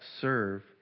serve